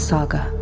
Saga